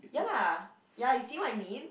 ya lah ya you see what I mean